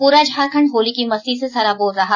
प्ररा झारखंड होली की मस्ती से सराबोर रहा